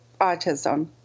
autism